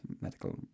medical